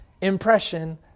impression